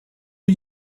are